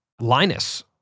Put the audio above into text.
Linus